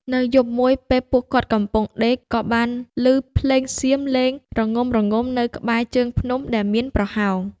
នៅយប់មួយពេលពួកគាត់កំពុងដេក ក៏បានឮភ្លេងសៀមលេងរងំៗនៅក្បែរជើងភ្នំដែលមានប្រហោង។